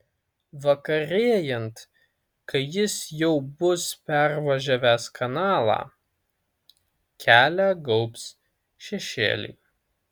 vakarėjant kai jis jau bus pervažiavęs kanalą kelią gaubs šešėliai